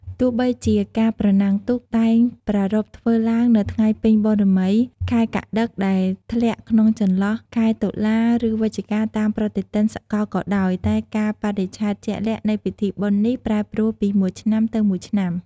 ទោះបីជាការប្រណាំងទូកតែងប្រារព្ធធ្វើឡើងនៅថ្ងៃពេញបូណ៌មីខែកត្តិក ដែលធ្លាក់ក្នុងចន្លោះខែតុលា ឬវិច្ឆិកាតាមប្រតិទិនសកលក៏ដោយ តែកាលបរិច្ឆេទជាក់លាក់នៃពិធីបុណ្យនេះប្រែប្រួលពីមួយឆ្នាំទៅមួយឆ្នាំ។